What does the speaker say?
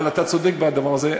אבל אתה צודק בדבר הזה.